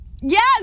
Yes